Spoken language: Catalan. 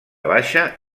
baixa